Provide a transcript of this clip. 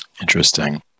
Interesting